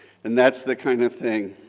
and that's the kind of thing,